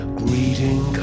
greeting